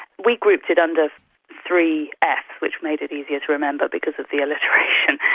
we grouped it under three fs, which made it easier to remember because of the alliteration.